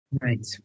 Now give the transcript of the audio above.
right